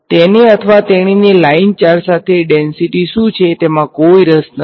તેને અથવા તેણીને લાઇન ચાર્જ ડેંસીટી શુ છે તેમાં કોઈ રસ નથી